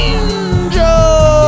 Angel